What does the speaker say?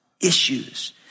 issues